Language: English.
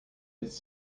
its